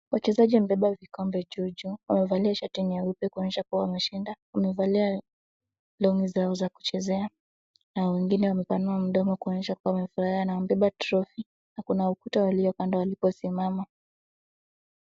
Wachezaji wamebeba vikombe juu juuu wamevalia shati nyeupe kuonyesha kuwa wameshiinda. Wamevalia long'i zao za kuchezea na wengine wamepanua mdomo kuonyesha wamefurahia wamebeba trophy na kuna ukuta waliokando waliposimama.